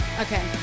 Okay